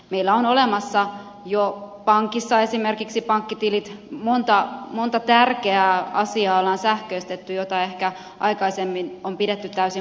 meillä on olemassa jo pankissa esimerkiksi pankkitilit on sähköistetty monta tärkeää asiaa joita ehkä aikaisemmin on pidetty täysin mahdottomina